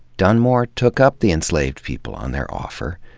dunmore took up the enslaved people on their offer,